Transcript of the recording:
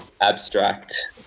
abstract